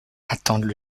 attendent